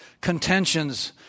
Contentions